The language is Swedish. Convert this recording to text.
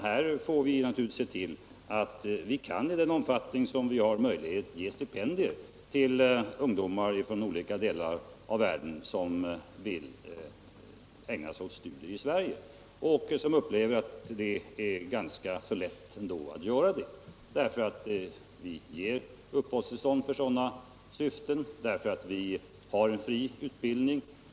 Här får vi naturligtvis se till att vi, i den omfattning som är möjlig, kan ge stipendier till ungdomar från olika delar av världen som vill ägna sig åt studier i Sverige och som upplever att det ändå är ganska lätt att göra det, därför att vi ger uppehållstillstånd för sådana syften, och därför att vi har fri utbildning.